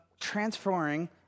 transferring